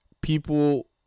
people